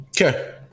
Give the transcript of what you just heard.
Okay